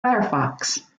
firefox